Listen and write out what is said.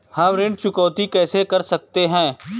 हम ऋण चुकौती कैसे कर सकते हैं?